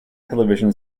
television